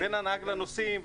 בין הנהג לנוסעים.